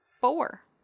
Four